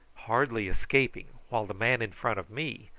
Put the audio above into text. hardly escaping, while the man in front of me,